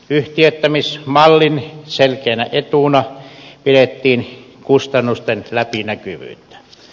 yhtiöittämismallin selkeänä etuna pidettiin kustannusten läpinäkyvyyttä